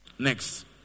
Next